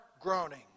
groaning